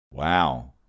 Wow